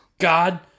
God